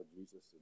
Jesus